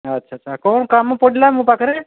ଆଚ୍ଛା ଆଚ୍ଛା କ'ଣ କାମ ପଡ଼ିଲା ମୋ ପାଖରେ